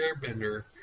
Airbender